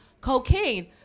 Cocaine